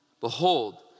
Behold